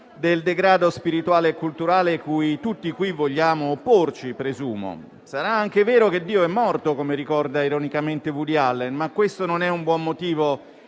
del degrado spirituale e culturale cui tutti qui vogliamo opporci, presumo. Sarà anche vero che Dio è morto, come ricorda ironicamente Woody Allen, ma questo non è un buon motivo